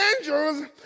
angels